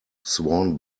swan